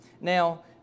now